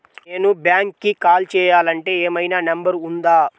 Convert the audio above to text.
నేను బ్యాంక్కి కాల్ చేయాలంటే ఏమయినా నంబర్ ఉందా?